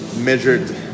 measured